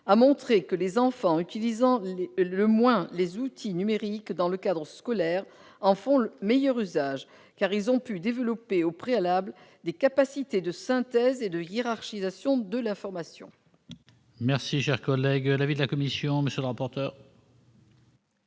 a montré que les enfants utilisant le moins les outils numériques dans le cadre scolaire en font meilleur usage, car ils ont pu développer au préalable des capacités de synthèse et de hiérarchisation de l'information. Quel est l'avis de la commission ? Madame Mélot,